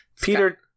Peter